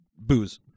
booze